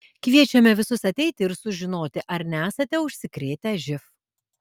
kviečiame visus ateiti ir sužinoti ar nesate užsikrėtę živ